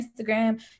Instagram